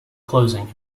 closing